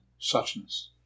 suchness